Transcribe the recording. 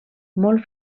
molt